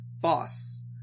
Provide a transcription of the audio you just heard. Boss